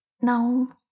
no